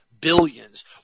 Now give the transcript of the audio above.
billions